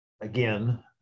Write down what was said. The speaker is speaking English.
again